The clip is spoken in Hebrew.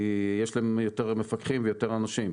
כי יש להם יותר מפקחים ויותר אנשים.